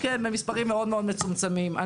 כן, במספרים מצומצמים מאוד.